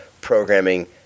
programming